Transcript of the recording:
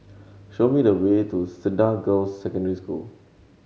show me the way to Cedar Girls' Secondary School